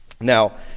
Now